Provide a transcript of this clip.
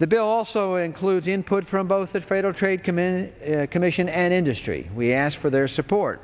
the bill also includes input from both the fatal trade commission commission and industry we asked for their support